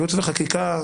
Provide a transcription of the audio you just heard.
ייעוץ וחקיקה,